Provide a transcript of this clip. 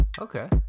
Okay